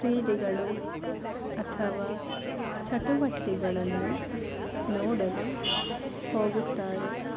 ಕ್ರೀಡೆಗಳು ಅಥವಾ ಚಟುವಟಿಕೆಗಳನ್ನು ನೋಡಲು ಹೋಗುತ್ತಾರೆ